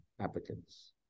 applicants